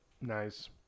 nice